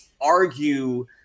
argue